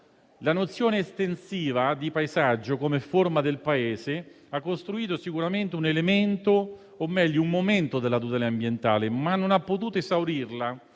La nozione estensiva di paesaggio come forma del Paese ha costruito sicuramente un elemento, o meglio un momento della tutela ambientale, ma non ha potuto esaurirla,